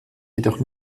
jedoch